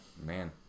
Man